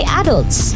adults